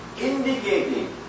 Indicating